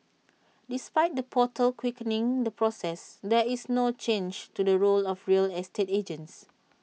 despite the portal quickening the process there is no change to the role of real estate agents